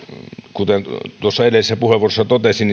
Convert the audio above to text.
kuten edellisessä puheenvuorossa totesin